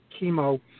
chemo